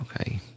Okay